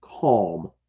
calm